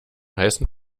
heißen